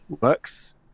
works